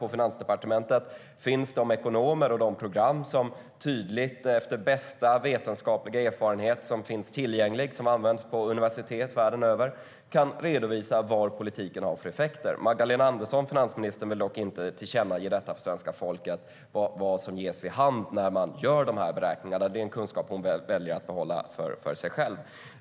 På Finansdepartementet finns ekonomer och program som efter den bästa vetenskapliga erfarenhet som finns tillgänglig och som används på universitet världen över tydligt kan redovisa vad politiken har för effekter. Finansminister Magdalena Andersson vill dock inte tillkännage för svenska folket vad som ges vid hand när man gör de här beräkningarna. Det är en kunskap hon väljer att behålla för sig själv.